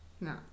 No